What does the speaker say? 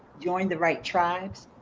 join the right tribes.